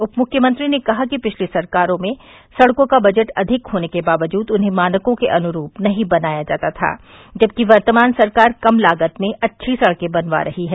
उपमुख्यमंत्री ने कहा कि पिछली सरकारों में सड़कों का बजट अधिक होने के बावजूद उन्हें मानकों के अनुरूप नहीं बनाया जाता था जबकि वर्तमान सरकार कम लागत में अच्छी सड़के बनवा रही हैं